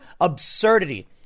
absurdity